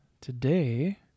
today